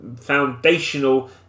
foundational